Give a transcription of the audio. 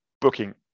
booking